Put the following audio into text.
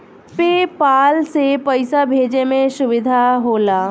पे पाल से पइसा भेजे में सुविधा होला